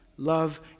Love